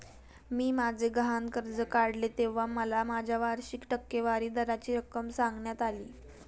मी माझे गहाण कर्ज काढले तेव्हा मला माझ्या वार्षिक टक्केवारी दराची रक्कम सांगण्यात आली